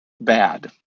bad